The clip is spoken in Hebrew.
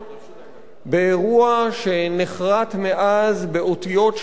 באירוע שנחרט מאז באותיות של כאב,